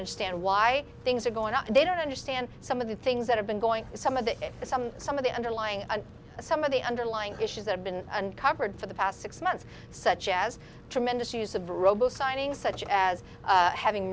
understand why things are going up and they don't understand some of the things that have been going some of the some some of the underlying some of the underlying issues that have been uncovered for the past six months such as tremendous use of robo signing such as having